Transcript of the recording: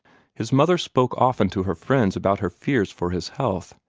his mother spoke often to her friends about her fears for his health.